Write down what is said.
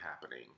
happening